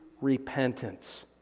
repentance